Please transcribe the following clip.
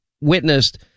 witnessed